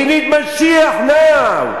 We need mashiach now.